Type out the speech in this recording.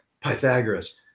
Pythagoras